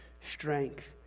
strength